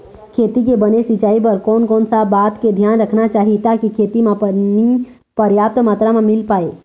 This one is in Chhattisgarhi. खेती के बने सिचाई बर कोन कौन सा बात के धियान रखना चाही ताकि खेती मा पानी पर्याप्त मात्रा मा मिल पाए?